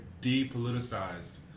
depoliticized